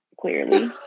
clearly